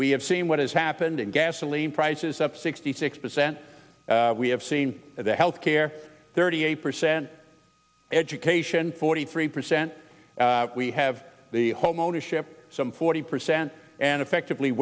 we have seen what has happened in gasoline prices up sixty six percent we have seen the health care thirty eight percent education forty three percent we have the homeownership some forty percent and effectively